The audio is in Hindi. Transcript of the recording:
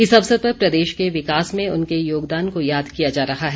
इस अवसर पर प्रदेश के विकास में उनके योगदान को याद किया जा रहा है